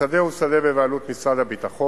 השדה הוא בבעלות משרד הביטחון